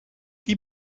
die